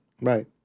Right